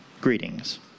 greetings